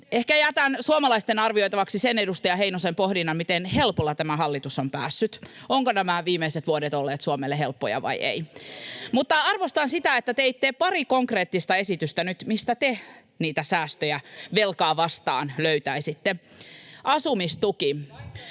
Ehkä jätän suomalaisten arvioitavaksi edustaja Heinosen pohdinnan, miten helpolla tämä hallitus on päässyt, ovatko nämä viimeiset vuodet olleet Suomelle helppoja vai eivät. Mutta arvostan sitä, että teitte nyt pari konkreettista esitystä, [Välihuutoja kokoomuksen ryhmästä] mistä